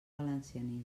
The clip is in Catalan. valencianisme